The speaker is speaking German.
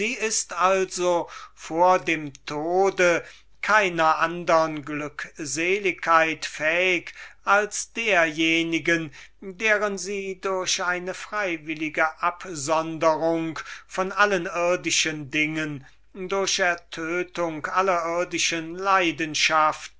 ist also vor dem tode keiner andern glückseligkeit fähig als derjenigen deren sie durch eine freiwillige absonderung von allen irdischen dingen durch ertödung aller irdischen leidenschaften